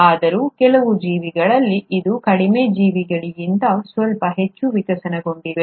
ಆದರೂ ಕೆಲವು ಜೀವಿಗಳಲ್ಲಿ ಇದು ಕಡಿಮೆ ಜೀವಿಗಳಿಗಿಂತ ಸ್ವಲ್ಪ ಹೆಚ್ಚು ವಿಕಸನಗೊಂಡಿದೆ